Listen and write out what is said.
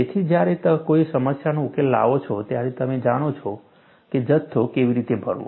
તેથી જ્યારે તમે કોઈ સમસ્યાનો ઉકેલ લાવો છો ત્યારે તમે જાણો છો કે જથ્થો કેવી રીતે ભરવો